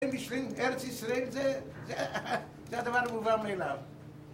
ארץ ישראל זה הדבר המובן מאליו